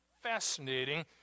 fascinating